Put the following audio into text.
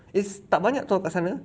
is tak banyak [tau] kat sana